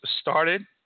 started